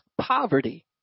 Poverty